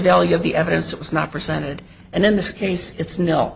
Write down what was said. value of the evidence it was not presented and then this case it's no